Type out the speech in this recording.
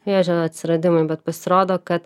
vėžio atsiradimui bet pasirodo kad